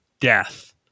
death